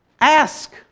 Ask